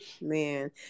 Man